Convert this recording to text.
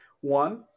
one